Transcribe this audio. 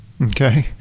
Okay